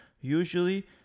usually